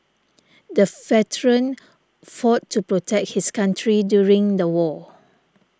the veteran fought to protect his country during the war